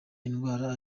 indwara